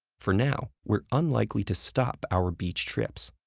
for now, we're unlikely to stop our beach trips,